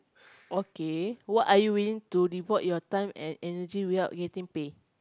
okay what are you willing to devote your time and energy without getting pay